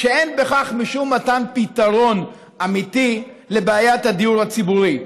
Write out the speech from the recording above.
שאין בכך משום מתן פתרון אמיתי לבעיית הדיור הציבורי.